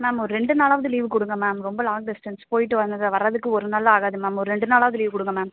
ma'am ஒரு ரெண்டு நாளாவது லீவு கொடுங்க மேம் ரொம்ப லாங் டிஸ்டன்ஸ் போயிவிட்டு வந்தர வரத்துக்கு ஒரு நாள் எல்லாம் ஆகாது மேம் ஒரு ரெண்டு நாளாவது லீவு கொடுங்க மேம்